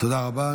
תודה רבה.